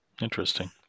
Interesting